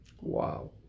Wow